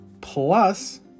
Plus